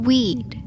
Weed